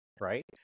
right